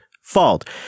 fault